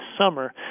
summer